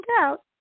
out